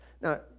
Now